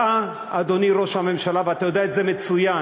ההרתעה, אדוני ראש הממשלה, ואתה יודע את זה מצוין,